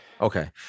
Okay